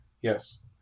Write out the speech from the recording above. Yes